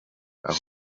aho